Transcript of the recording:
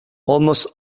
almost